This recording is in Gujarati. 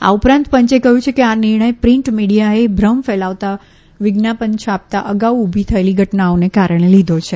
આ ઉપરાંત પંચે કહ્યું છે કે આ નિર્ણથ પ્રિન્ટ મીડિયાએ ભ્રમ ફેલાવતા વિજ્ઞાપન છાપતા અગાઉ ઊભી થયેલી ઘટનાઓના કારણે લીધો છે